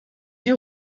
ihr